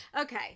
Okay